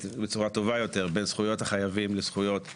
בצורה טובה יותר בן זכויות החייבים לזכויות הגובים.